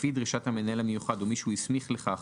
לפי דרישת המנהל המיוחד או מי שהוא הסמיך לכך